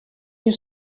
your